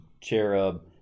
cherub